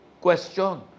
question